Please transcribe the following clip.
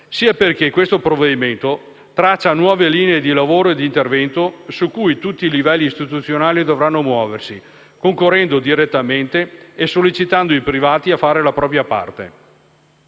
sia perché questo provvedimento traccia nuove linee di lavoro e di intervento su cui tutti i livelli istituzionali dovranno muoversi, concorrendo direttamente e sollecitando i privati a fare la propria parte.